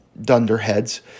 dunderheads